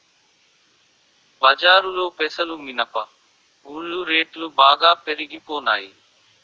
బజారులో పెసలు మినప గుళ్ళు రేట్లు బాగా పెరిగిపోనాయి